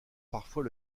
parfois